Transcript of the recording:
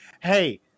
hey